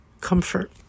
comfort